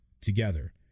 together